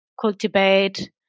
cultivate